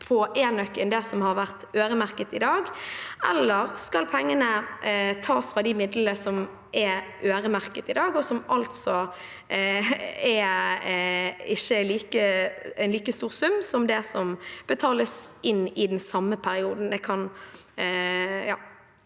på enøk enn det som er øremerket i dag? Eller skal pengene tas fra de midlene som er øremerket i dag, og som altså ikke er en like stor sum som det som betales inn i den samme perioden?